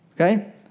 Okay